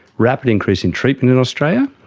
rapid increase in treatment in australia,